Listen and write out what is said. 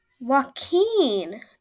Joaquin